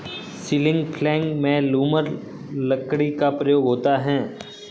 ceiling प्लेग में lumber लकड़ी का प्रयोग होता है